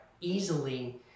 easily